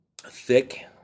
Thick